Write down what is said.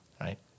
right